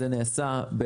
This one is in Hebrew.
זה נעשה,